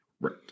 Right